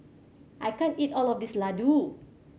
I can't eat all of this Ladoo